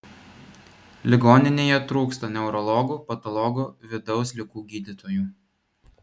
ligoninėje trūksta neurologų patologų vidaus ligų gydytojų